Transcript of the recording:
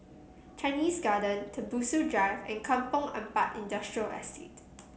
Chinese Garden Tembusu Drive and Kampong Ampat Industrial Estate